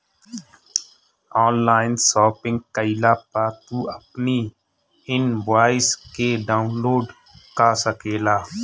online shopping कईला पअ तू अपनी इनवॉइस के डाउनलोड कअ सकेला